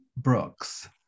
Brooks